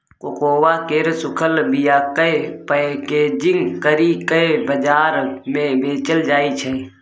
cocoa केर सूखल बीयाकेँ पैकेजिंग करि केँ बजार मे बेचल जाइ छै